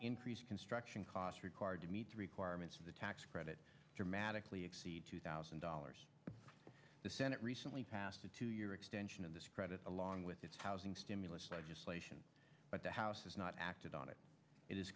increase construction costs required to meet the requirements of the tax credit dramatically exceed two thousand dollars the senate recently passed a two year extension of this credit along with its housing stimulus legislation but the house has not acted on it it is